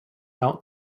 out